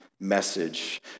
Message